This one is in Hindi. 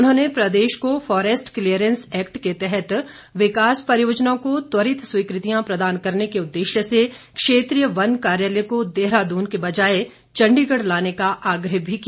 उन्होंने प्रदेश को फोरेस्ट क्लीयरेंस एक्ट के तहत विकास परियोजनाओं को त्वरित स्वीकृतियां प्रदान करने के उदेश्य से क्षेत्रीय वन कार्यालय को देहरादून के बजाए चंडीगढ़ लाने का आग्रह भी किया